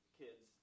kids